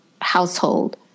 household